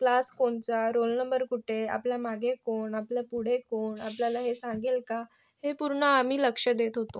class कोणचा roll number कुठे आपल्या मागे कोण आपल्या पुढे कोण आपल्याला हे सांगेल का हे पूर्ण आम्ही लक्ष देत होतो